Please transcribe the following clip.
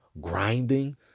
grinding